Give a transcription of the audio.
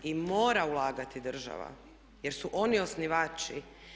I moram ulagati država jer su oni osnivači.